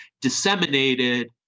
disseminated